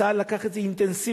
צה"ל לקח את זה על עצמו